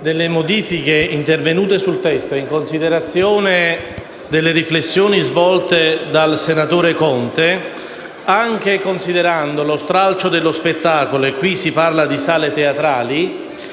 delle modifiche intervenute sul testo e in considerazione delle riflessioni del senatore Conte, anche considerando lo stralcio dello spettacolo - qui si parla di sale teatrali